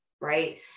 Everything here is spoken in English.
right